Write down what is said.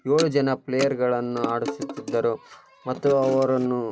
ಏಳು ಜನ ಪ್ಲೇಯರ್ಗಳನ್ನು ಆಡಿಸುತ್ತಿದ್ದರು ಮತ್ತು ಅವರನ್ನು